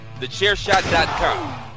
TheChairShot.com